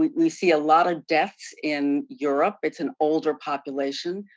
we see a lot of deaths in europe. it's an older population.